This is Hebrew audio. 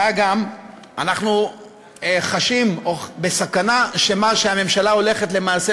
מה גם שאנחנו חשים בסכנה שמה שהממשלה הולכת למעשה,